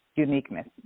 uniqueness